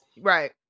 Right